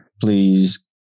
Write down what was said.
please